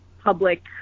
public